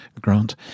Grant